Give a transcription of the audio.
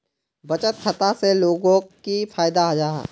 बचत खाता से लोगोक की फायदा जाहा?